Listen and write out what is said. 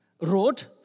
wrote